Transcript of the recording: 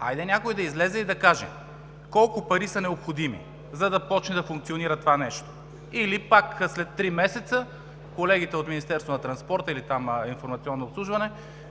Хайде, някой да излезе и да каже колко пари са необходими, за да почне да функционира това нещо или пак след три месеца, колегите от Министерството на транспорта или „Информационно обслужване“